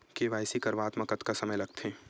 KYC करवात म कतका समय लगथे?